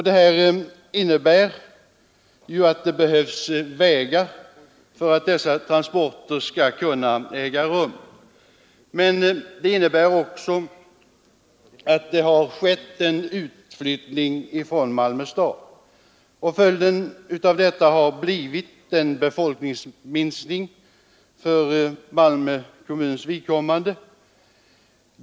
Detta innebär att det behövs vägar för att dessa transporter skall kunna äga rum, men det innebär också att det skett en utflyttning från Malmö. Följden av det har blivit en befolknings minskning för Malmö kommuns vidkommande.